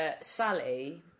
Sally